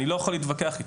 אני לא יכול להתווכח איתו.